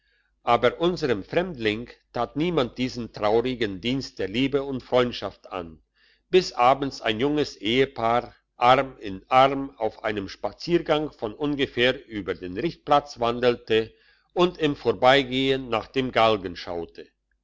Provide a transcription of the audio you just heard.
aber unserm fremdling tat niemand diesen traurigen dienst der liebe und freundschaft an bis abends ein junges ehepaar arm in arm auf einem spaziergang von ungefähr über den richtplatz wandelte und im vorbeigehen nach dem galgen schaute